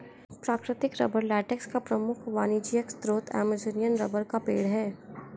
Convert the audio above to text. प्राकृतिक rubber latex का प्रमुख वाणिज्यिक स्रोत अमेज़ॅनियन रबर का पेड़ है